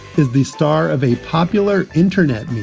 is the star of a popular internet.